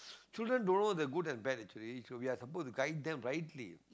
children don't know the good and bad actually we are supposed to guide them rightly